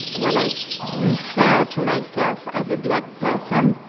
when i so refer to myself as a black person,